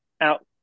out